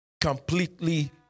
Completely